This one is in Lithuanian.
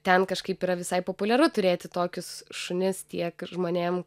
ten kažkaip yra visai populiaru turėti tokius šunis tiek žmonėm